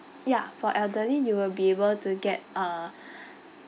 ya for elderly you will be able to get uh